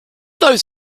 those